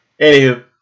Anywho